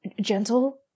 Gentle